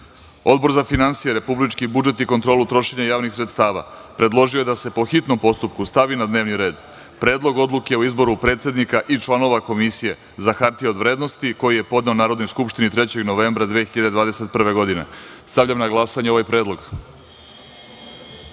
za finansije, republički budžet i kontrolu trošenja javnih sredstava predložio je da se po hitnom postupku stavi na dnevni red Predlog odluke o izboru predsednika i članova Komisije za hartije od vrednosti, koji je podneo Narodnoj skupštini 3. novembra 2021. godine. Stavljam na glasanje ovaj